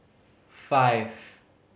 five